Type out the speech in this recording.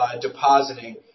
depositing